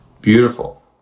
Beautiful